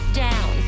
down